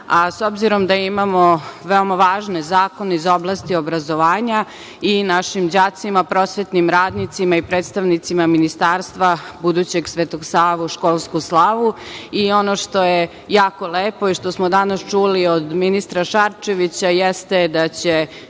a s obzirom da imamo veoma važne zakone iz oblasti obrazovanja i našim đacima, prosvetnim radnicima i predstavnicima ministarstva budućeg Svetog Savu, školsku slavu i ono što je jako lepo i što smo danas čuli od ministra Šarčevića jeste da će